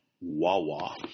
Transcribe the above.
Wawa